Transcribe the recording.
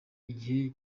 igihe